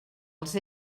els